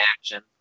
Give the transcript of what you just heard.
action